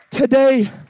Today